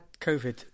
COVID